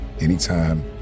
anytime